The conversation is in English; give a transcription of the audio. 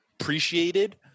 appreciated